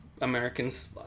Americans